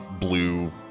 blue